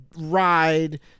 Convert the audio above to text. ride